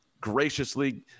graciously